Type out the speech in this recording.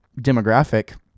demographic